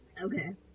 Okay